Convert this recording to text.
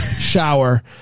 shower